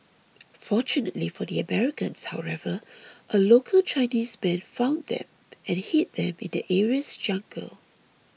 fortunately for the Americans however a local Chinese man found them and hid them in the area's jungle